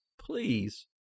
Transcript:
please